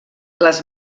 les